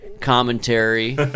commentary